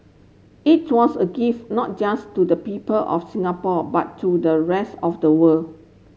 it was a gift not just to the people of Singapore but to the rest of the world